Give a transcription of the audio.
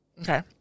Okay